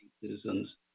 citizens